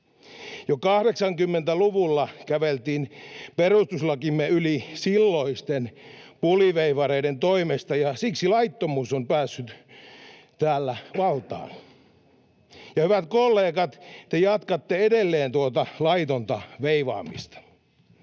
Jo 80-luvulla käveltiin perustuslakimme yli silloisten puliveivareiden toimesta, ja siksi laittomuus on päässyt täällä valtaan. Hyvät kollegat, te jatkatte edelleen tuota laitonta veivaamista.